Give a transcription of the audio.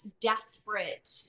desperate